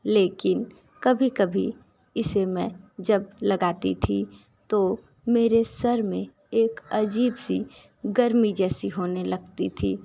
लेकिन कभी कभी इसे मैं जब लगाती थी तो मेरे सर मे एक अजीब सी गर्मी जैसी होने लगती थी